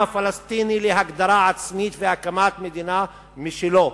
הפלסטיני להגדרה עצמית ולהקמת מדינה משלו.